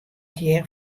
hjir